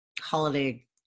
holiday